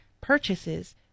purchases